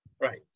Right